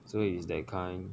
so is that kind